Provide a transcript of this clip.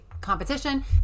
competition